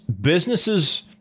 businesses